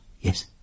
Yes